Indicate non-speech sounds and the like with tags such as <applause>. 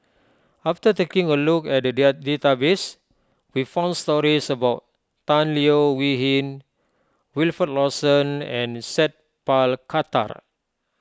after taking a look at the dear <unintelligible> database we found stories about Tan Leo Wee Hin Wilfed Lawson and Sat Pal Khattar